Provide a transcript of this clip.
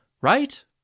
Right